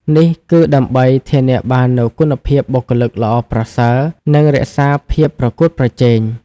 នេះគឺដើម្បី ធានាបាននូវគុណភាពបុគ្គលិកល្អប្រសើរ និងរក្សាភាពប្រកួតប្រជែង។